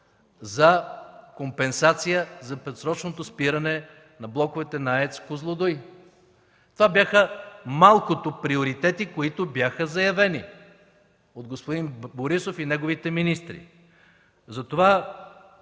за компенсация за предсрочното спиране на блоковете на АЕЦ „Козлодуй”. Това бяха малкото приоритети, заявени от господин Борисов и неговите министри, затова